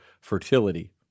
fertility